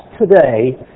today